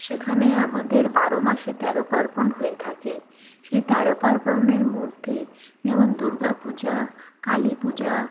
সেখানে আমাদের বারো মাসে তেরো পার্বণ হয়ে থাকে সেই তেরো পার্বণের মধ্যে যেমন দুর্গা পূজা কালী পূজা